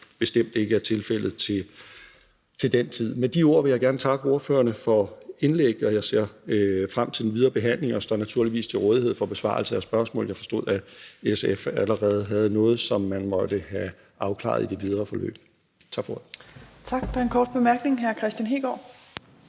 bestemt ikke er tilfældet. Med de ord vil jeg gerne takke ordførerne for indlæg, og jeg ser frem til den videre behandling og står naturligvis til rådighed for besvarelse af spørgsmål. Jeg forstod, at SF allerede havde noget, som man måtte have afklaret i det videre forløb. Tak for ordet. Kl. 18:21 Fjerde næstformand